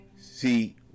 See